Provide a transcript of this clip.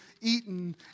eaten